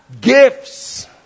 gifts